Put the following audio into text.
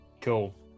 Cool